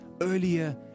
earlier